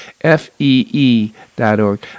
F-E-E.org